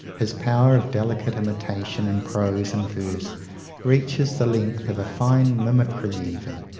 his power of delicate imitation in prose and verse reaches the length of a fine mimicry even,